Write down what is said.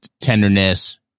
tenderness